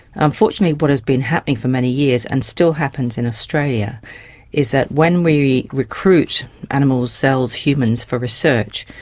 unfortunately what has been happening for many years and still happens in australia is that when we recruit animals, cells, humans for research,